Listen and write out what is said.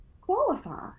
qualify